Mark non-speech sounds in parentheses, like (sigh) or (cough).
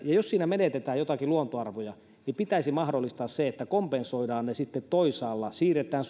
ja jos siinä menetetään joitakin luontoarvoja niin pitäisi mahdollistaa se että kompensoidaan ne sitten toisaalla siirretään (unintelligible)